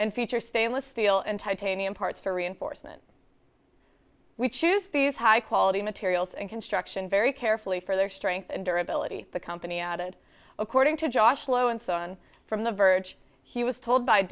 and features stainless steel and titanium parts for reinforcement we choose these high quality materials and construction very carefully for their strength and dura billet the company added according to josh lo and so on from the verge he was told by